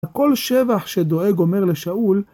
כל שבח, שדואג אומר לשאול.